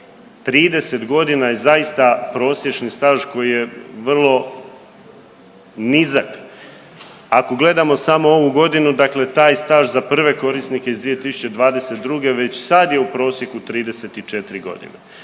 30 godina je zaista prosječni staž koji je vrlo nizak. Ako gledamo samo ovu godinu, dakle taj staž za prve korisnike iz 2022. već sad je u prosjeku 34 godine.